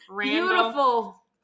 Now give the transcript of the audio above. beautiful